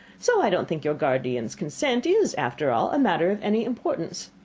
so i don't think your guardian's consent is, after all, a matter of any importance.